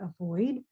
avoid